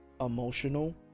emotional